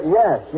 yes